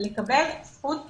לקבל זכות בסיסית,